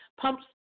Pumps